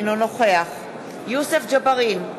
אינו נוכח יוסף ג'בארין,